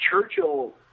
Churchill